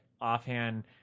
offhand